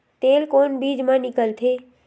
तेल कोन बीज मा निकलथे?